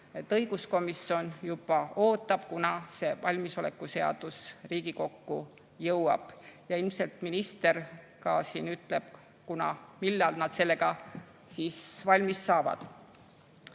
Õiguskomisjon juba ootab, kunas see valmisolekuseadus Riigikokku jõuab, ja ilmselt minister ka siin ütleb, millal nad sellega valmis saavad. Ja